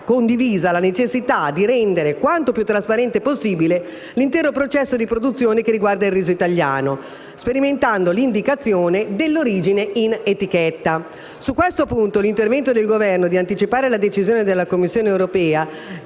condivisa la necessità di rendere quanto più trasparente possibile l'intero processo di produzione che riguarda il riso italiano, sperimentando l'indicazione dell'origine in etichetta. Su questo punto, l'intervento del Governo, teso ad anticipare le decisioni della Commissione europea